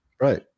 Right